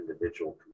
individual